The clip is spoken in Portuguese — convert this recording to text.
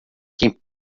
quem